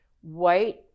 white